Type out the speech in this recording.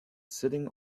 sitting